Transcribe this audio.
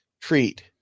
treat